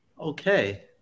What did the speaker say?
Okay